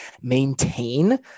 maintain